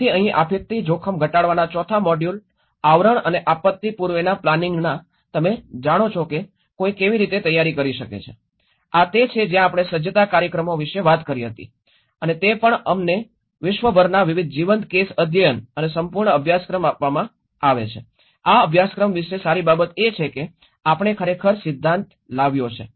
તેથી અહીં આપત્તિ જોખમ ઘટાડવાના ચોથા મોડ્યુલ આવરણ અને આપત્તિ પૂર્વેના પ્લાનિંગના તમે જાણો છો કે કોઈ કેવી રીતે તૈયારી કરી શકે છે આ તે છે જ્યાં આપણે સજ્જતા કાર્યક્રમો વિશે વાત કરી હતી અને તે પણ અમને વિશ્વભરના વિવિધ જીવંત કેસ અધ્યયન અને સંપૂર્ણ અભ્યાસક્રમ આપવામાં આવે છે આ અભ્યાસક્રમ વિશે સારી બાબત એ છે કે આપણે ખરેખર સિદ્ધાંત લાવ્યો છે